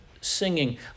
singing